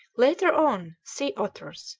later on sea-otters,